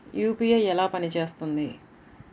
UPI ఎలా పనిచేస్తుంది?